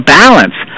balance